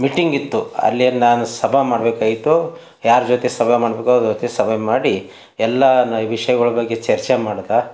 ಮೀಟಿಂಗಿತ್ತು ಅಲ್ಲಿ ನಾನು ಸಭಾ ಮಾಡಬೇಕಾಗಿತ್ತು ಯಾರ ಜೊತೆ ಸಭಾ ಮಾಡಬೇಕೋ ಅವ್ರ ಜೊತೆ ಸಭೆ ಮಾಡಿ ಎಲ್ಲ ನ ವಿಷ್ಯಗಳ ಬಗ್ಗೆ ಚರ್ಚೆ ಮಾಡ್ತಾ